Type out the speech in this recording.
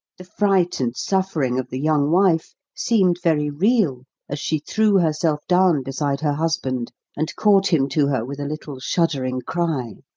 the fright and suffering of the young wife seemed very real as she threw herself down beside her husband and caught him to her with a little shuddering cry.